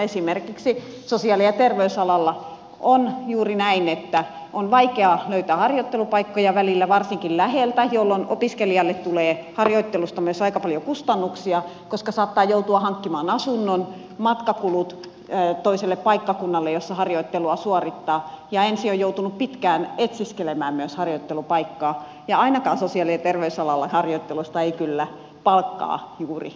esimerkiksi sosiaali ja terveysalalla on juuri näin että on vaikeaa löytää harjoittelupaikkoja välillä varsinkin läheltä jolloin opiskelijalle tulee harjoittelusta myös aika paljon kustannuksia koska saattaa joutua hankkimaan asunnon on matkakulut toiselle paikkakunnalle missä harjoittelua suorittaa ja ensin on joutunut pitkään etsiskelemään myös harjoittelupaikkaa ja ainakaan sosiaali ja terveysalalla harjoittelusta ei kyllä palkkaa juuri saa